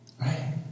Right